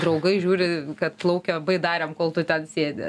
draugai žiūri kad plaukia baidarėm kol tu ten sėdi